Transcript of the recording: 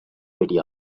petty